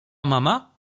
mama